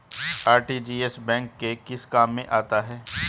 RTGS bank के किस काम में आता है?